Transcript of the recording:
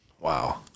Wow